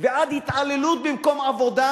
ועד התעללות במקום עבודה,